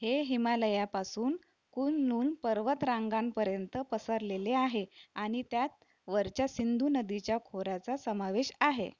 हे हिमालयापासून कुनलुन पर्वतरांगांपर्यंत पसरलेले आहे आणि त्यात वरच्या सिंधू नदीच्या खोऱ्याचा समावेश आहे